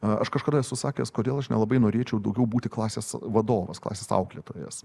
aš kažkada esu sakęs kodėl aš nelabai norėčiau daugiau būti klasės vadovas klasės auklėtojas